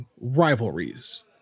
rivalries